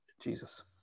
Jesus